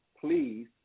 please